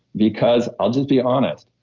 because i'll just be honest.